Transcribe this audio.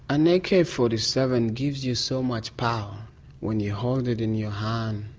an ak forty seven gives you so much power when you hold it in your hand.